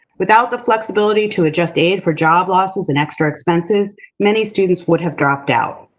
without the flexibility to adjust aid for job losses and extra expenses, many students would have dropped out,